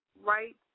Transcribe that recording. right